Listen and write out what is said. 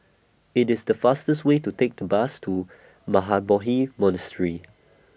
IT IS The fastest Way to Take The Bus to Mahabodhi Monastery